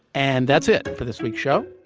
and that's it for this week's show.